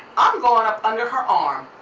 i'm going up under her arm.